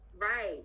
Right